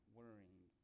worrying